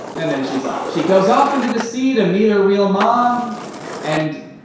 and then she's off. she goes off into the sea to meet her real mom and